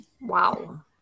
wow